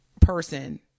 person